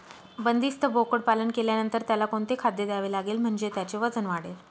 बंदिस्त बोकडपालन केल्यानंतर त्याला कोणते खाद्य द्यावे लागेल म्हणजे त्याचे वजन वाढेल?